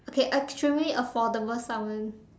okay extremely affordable Salmon